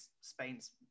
Spain's